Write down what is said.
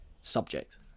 subject